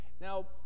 Now